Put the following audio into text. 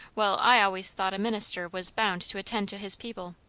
well, i always thought a minister was bound to attend to his people.